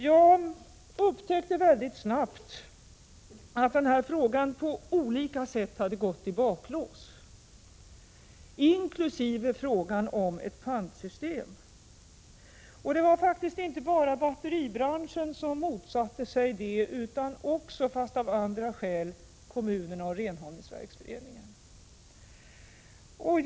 Jag upptäckte mycket snart att den här frågan liksom frågan om ett pantsystem på olika sätt hade så att säga gått i baklås. Det var faktiskt inte bara batteribranschen som motsatte sig detta, utan också, fast av andra skäl, kommunerna och Renhållningsverksförening en.